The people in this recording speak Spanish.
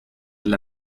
del